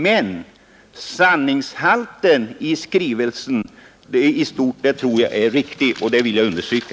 Men skrivelsen tycker jag i övrigt är riktig, och det vill jag understryka.